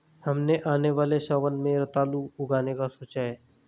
हमने आने वाले सावन में रतालू उगाने का सोचा है